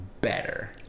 Better